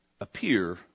appear